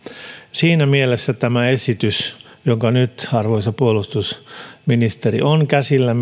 siinä mielessä tämä esitys joka nyt arvoisa puolustusministeri on käsillä